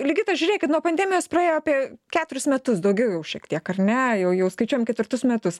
ligita žiūrėkit nuo pandemijos praėjo apie keturis metus daugiau šiek tiek ar ne jau jau skaičiuojam ketvirtus metus